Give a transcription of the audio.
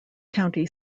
county